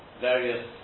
various